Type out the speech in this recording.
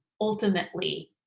ultimately